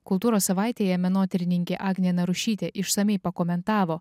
kultūros savaitėje menotyrininkė agnė narušytė išsamiai pakomentavo